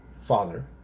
father